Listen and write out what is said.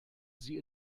sie